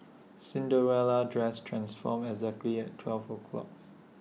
Cinderella's dress transformed exactly at twelve o'clock